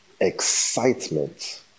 excitement